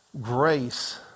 Grace